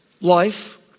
Life